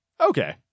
Okay